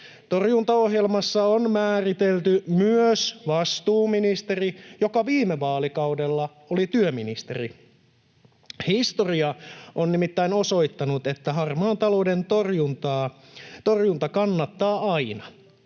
Torjuntaohjelmassa on määritelty myös vastuuministeri, joka viime vaalikaudella oli työministeri. Historia on nimittäin osoittanut, että harmaan talouden torjunta kannattaa aina.